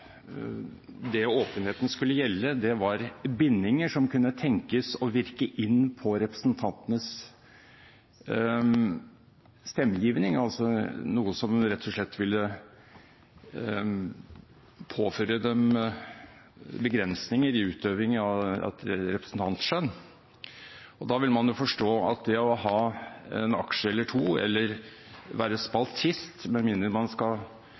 det åpenheten skulle gjelde, var bindinger som kunne tenkes å virke inn på representantenes stemmegivning, altså noe som rett og slett ville påføre dem begrensninger i utøvingen av representantskjønn. Da vil man forstå at det å ha en aksje eller to eller det å være spaltist – med mindre man skal